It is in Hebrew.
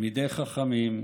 תלמידי חכמים,